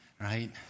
Right